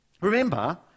remember